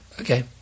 Okay